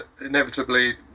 inevitably